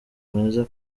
mwiza